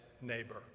neighbor